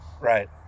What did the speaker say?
Right